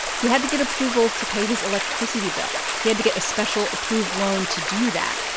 he had to get approvals to pay his electricity bill. he had to get a special approved loan to do that.